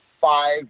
five